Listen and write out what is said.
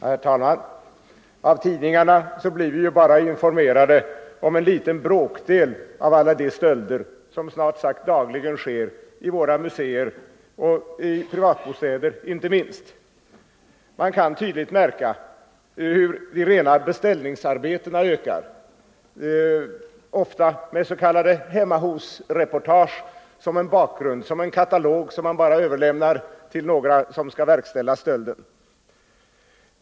Herr talman! Av tidningarna blir vi bara informerade om en bråkdel av alla de stölder som snart sagt dagligen begås i våra museer och inte minst i privatbostäder. Man kan tydligt märka hur de rena beställningsarbetena ökar, ofta med s.k. hemma-hos-reportage som bakgrund och som en katalog som man överlämnar till dem som skall verkställa stölden.